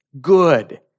Good